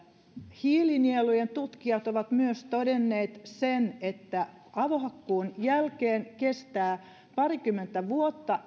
hiilinielujen tutkijat ovat myös todenneet että avohakkuun jälkeen kestää parikymmentä vuotta